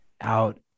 out